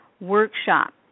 workshop